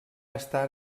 estar